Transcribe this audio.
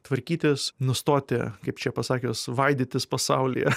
tvarkytis nustoti kaip čia pasakius vaidytis pasaulyje